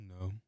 no